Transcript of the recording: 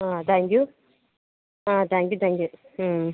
ആ thank you ആ thank you thank you